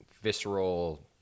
visceral